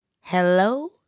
hello